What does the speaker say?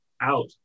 out